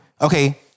okay